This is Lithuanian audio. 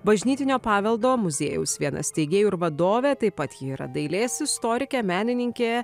bažnytinio paveldo muziejaus viena steigėjų ir vadovė taip pat ji yra dailės istorikė menininkė